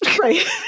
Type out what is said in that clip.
Right